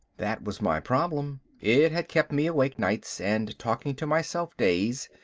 that was my problem. it had kept me awake nights and talking to myself days,